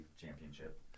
championship